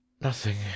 Nothing